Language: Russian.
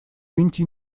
выньте